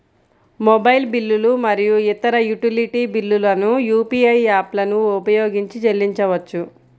mobile బిల్లులు మరియు ఇతర యుటిలిటీ బిల్లులను యూ.పీ.ఐ యాప్లను ఉపయోగించి చెల్లించవచ్చు